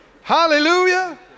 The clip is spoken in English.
Hallelujah